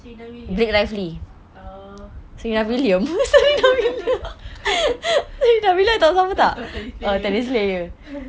william oh I tak tak tanya